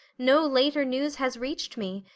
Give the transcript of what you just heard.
no later news has reached me,